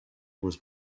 was